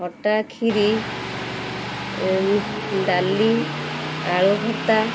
ଖଟା ଖିରି ଡାଲି ଆଳୁ ଭରତା